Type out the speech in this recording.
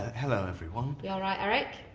hello, everyone. y'alright, eric?